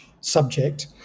subject